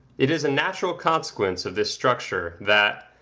it is a natural consequence of this structure, that,